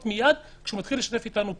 מיד כשהוא מתחיל לשתף אתנו פעולה.